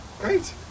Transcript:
Great